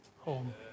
home